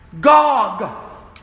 Gog